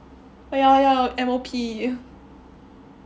oh ya 要 M_O_P